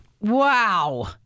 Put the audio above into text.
Wow